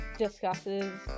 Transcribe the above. discusses